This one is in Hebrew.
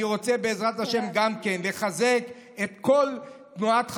אני רוצה בעזרת השם גם לחזק את כל תנועת חב"ד,